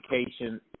education